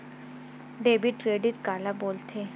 Debit credit काला बोल थे?